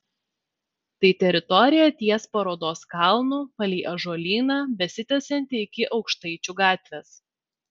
tai teritorija ties parodos kalnu palei ąžuolyną besitęsianti iki aukštaičių gatvės